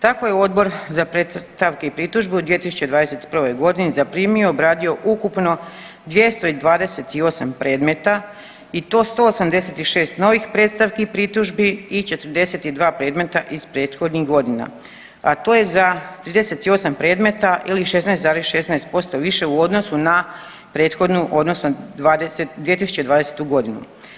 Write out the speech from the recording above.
Tako je u Odbor za predstavke i pritužbe u 2021. godini zaprimio, obradio ukupno 228 predmeta i to 186 novih predstavki i pritužbi i 42 predmeta iz prethodnih godina, a to je za 38 predmeta ili 16,6% više u odnosu na prethodnu odnosno 2020. godinu.